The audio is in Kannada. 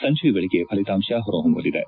ಸಂಜೆಯ ವೇಳೆಗೆ ಫಲಿತಾಂಶ ಹೊರಹೊಮ್ನಲಿದೆ